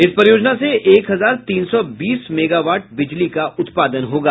इस परियोजना से एक हजार तीन सौ बीस मेगावाट बिजली का उत्पादन होगा